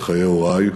וחיי הורי,